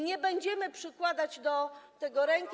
Nie będziemy przykładać do tego ręki.